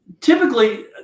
Typically